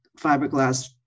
fiberglass